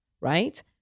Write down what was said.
right